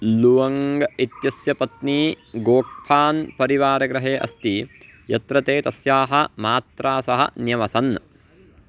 लुवङ्ग् इत्यस्य पत्नी गोक्फान् परिवारगृहे अस्ति यत्र ते तस्याः मात्रा सह न्यवसन्